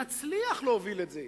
נצליח להוביל את זה.